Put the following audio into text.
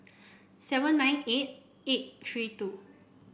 seven nine eight eight three two